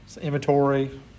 inventory